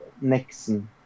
Nixon